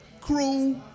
Crew